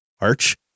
arch